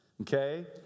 okay